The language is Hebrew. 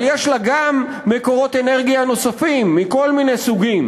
אבל יש לה גם מקורות אנרגיה נוספים מכל מיני סוגים,